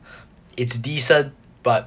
it's decent but